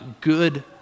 good